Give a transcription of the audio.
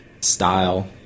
style